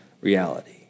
reality